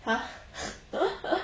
!huh!